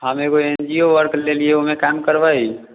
हम एकगो N G O work लेलियै ओहिमे काम करबै